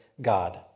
God